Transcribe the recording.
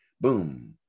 boom